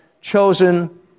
chosen